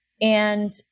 and-